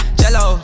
jello